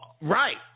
right